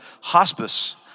hospice